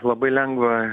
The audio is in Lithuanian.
labai lengva